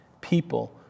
People